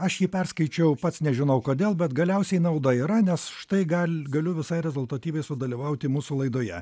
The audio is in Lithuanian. aš jį perskaičiau pats nežinau kodėl bet galiausiai nauda yra nes štai gal galiu visai rezultatyviai sudalyvauti mūsų laidoje